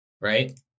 Right